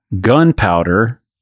gunpowder